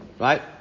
Right